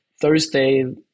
Thursday